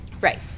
Right